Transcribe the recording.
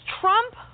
Trump